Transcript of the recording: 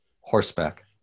horseback